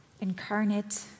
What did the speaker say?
incarnate